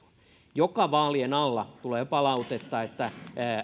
joka vaalien alla tulee palautetta että